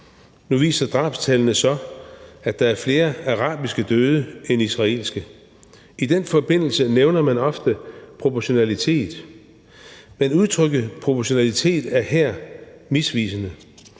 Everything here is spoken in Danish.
Nu viser drabstallene så, at der er flere arabiske døde end israelske. I den forbindelse nævner man ofte proportionalitet, men udtrykket proportionalitet er her misvisende,